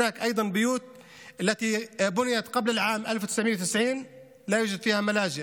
יש שם גם בתים שנבנו לפני שנת 1990 שאין בהם מקלטים.